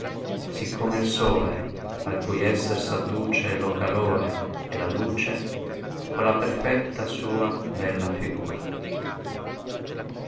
siccome il sole al cui esser s adduce lo calore e la luce con la perfetta sua bella figura